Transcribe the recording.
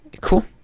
cool